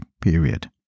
period